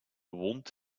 wond